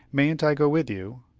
mayn't i go with you?